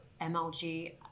MLG